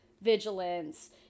vigilance